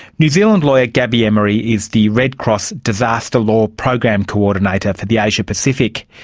new zealand lawyer gabby emery is the red cross disaster law program coordinator for the asia-pacific.